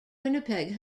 winnipeg